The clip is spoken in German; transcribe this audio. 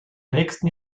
nächsten